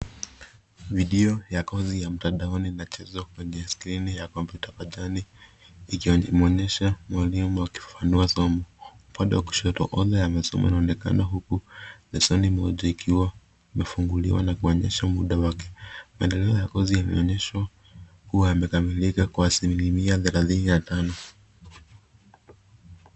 Video ya kozi ya mtandaoni inachezwa kwenye skrini ya kompyuta pajani, ikimwonyesha mwalimu akifafanua somo. Upande wa kushoto online ya masomo inaonekana, huku leseni moja ikiwa imefunguliwa na kuonyesha muda wake. Madarasa ya kozi imeonyeshwa kuwa yamekamilika kwa asilimia thelathini na tano.